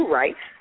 right